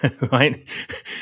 Right